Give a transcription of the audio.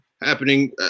happening